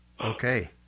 Okay